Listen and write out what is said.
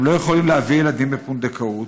הם לא יכולים להביא ילדים בפונדקאות.